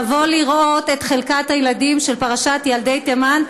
לבוא לראות את חלקת הילדים של פרשת ילדי תימן,